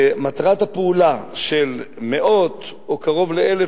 מטרת הפעולה של מאות או קרוב ל-1,000,